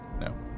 No